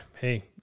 hey